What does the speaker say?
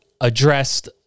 addressed